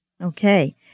Okay